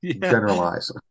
generalize